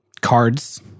cards